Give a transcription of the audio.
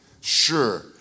sure